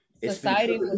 society